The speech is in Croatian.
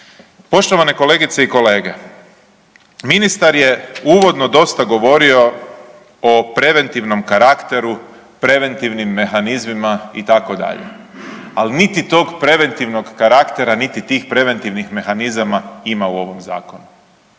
Poštovane kolegice i kolege, ministar je uvodno dosta govorio o preventivnom karakteru, preventivnim mehanizmima itd., ali niti tog preventivnog karaktera niti tih preventivnih mehanizama ima u ovom zakonu,